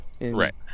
right